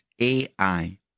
AI